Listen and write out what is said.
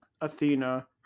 Athena